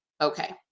okay